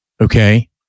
Okay